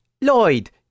Lloyd